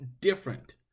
different